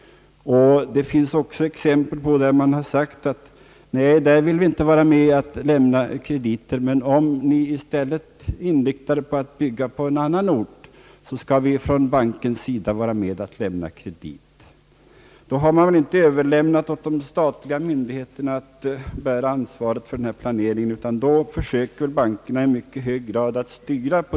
Det finns också exempel på hur man har sagt: Nej, där vill vi inte vara med och lämna krediter, men om ni i stället inriktar er på att bygga på en annan ort skall vi lämna krediter. I sådana fall har man inte överlämnat åt de statliga myndigheterna att bära ansvaret för denna planering, utan där försöker bankerna i mycket hög grad att styra.